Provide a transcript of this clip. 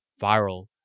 viral